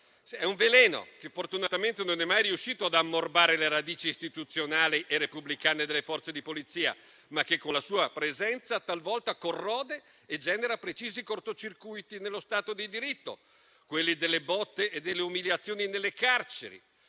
È un veleno che fortunatamente non è mai riuscito ad ammorbare le radici istituzionali e repubblicane delle Forze di polizia, ma che con la sua presenza talvolta corrode e genera precisi cortocircuiti nello Stato di diritto: quelli delle botte e delle umiliazioni nelle carceri;